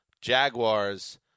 Jaguars